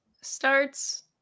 starts